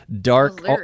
dark